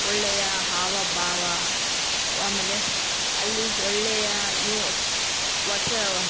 ಒಳ್ಳೆಯ ಹಾವ ಭಾವ ಆಮೇಲೆ ಅಲ್ಲಿ ಒಳ್ಳೆಯ ಯು ಹೊಸ